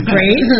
Great